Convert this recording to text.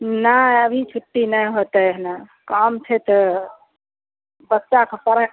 नहि अभी छुट्टी नहि होतै हन काम छै तऽ पता तऽ करै